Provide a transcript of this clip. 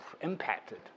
impacted